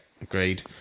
agreed